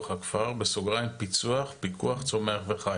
הכפר (בסוגריים: היא נקראת פיצו"ח פיקוח צומח וחי).